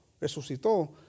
resucitó